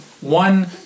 one